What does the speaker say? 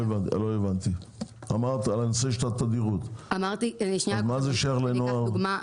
לא הבנתי, דיברת על התדירות, מה זה שייך לנוער?